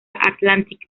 atlantic